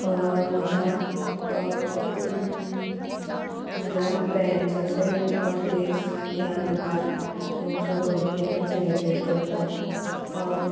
म्हज्या म्हज्या पॅरंट्साचे बर्डेज याद उरता तेंचो बर्थ डॅ आमी सेलेब्रेट करता